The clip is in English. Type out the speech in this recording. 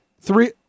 three